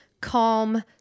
calm